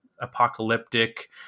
apocalyptic